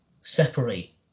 separate